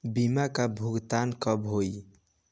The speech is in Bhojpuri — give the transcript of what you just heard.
बीमा का भुगतान कब होइ?